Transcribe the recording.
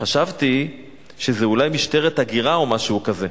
חשבתי שזאת אולי משטרת הגירה או משהו כזה,